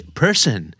person